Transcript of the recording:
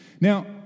Now